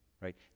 right